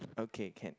okay can